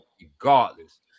regardless